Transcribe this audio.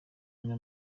bimwe